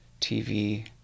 TV